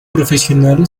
profesional